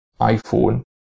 iPhone